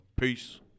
Peace